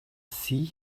sea